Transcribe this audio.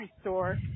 store